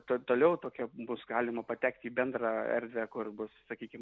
to toliau tokia bus galima patekt į bendrą erdvę kur bus sakykim